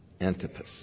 Antipas